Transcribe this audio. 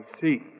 see